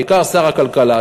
בעיקר שר הכלכלה,